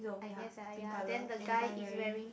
I guess ah ya then the guy is wearing